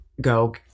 Go